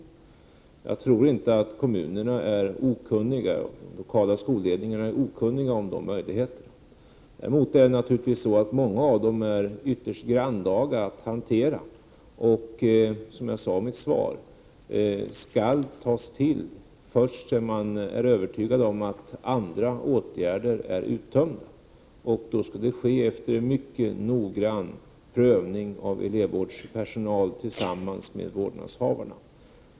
Jag tror inte att kommunerna och de lokala skolledningarna är okunniga om de möjligheterna. Däremot är många av dem ytterst grannlaga att hantera och skall, som jag sade i mitt svar, tas till först när man är övertygad om att andra åtgärder är uttömda. Det skall då ske efter mycket noggrann prövning av elevvårdspersonal tillsammans med vårdnadshavarna.